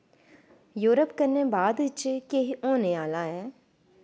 Europe कन्नै बाद च केह् होने आह्ला ऐ